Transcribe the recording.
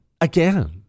again